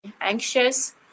anxious